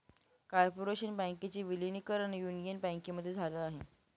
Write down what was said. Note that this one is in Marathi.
कॉर्पोरेशन बँकेचे विलीनीकरण युनियन बँकेमध्ये झाल आहे